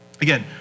Again